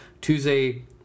Tuesday